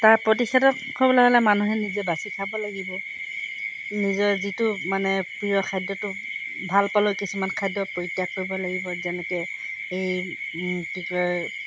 তাৰ প্ৰতিষেধক ল'বলৈ হ'লে মানুহে নিজে বাচি খাব লাগিব নিজৰ যিটো মানে প্ৰিয় খাদ্যটো ভাল পালে কিছুমান খাদ্য পৰিত্যাগ কৰিব লাগিব যেনেকৈ এই কি কয়